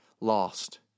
lost